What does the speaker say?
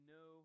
no